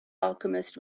alchemist